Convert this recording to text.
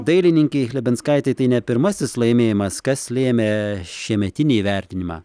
dailininkei chlebinskaitei tai ne pirmasis laimėjimas kas lėmė šiemetinį įvertinimą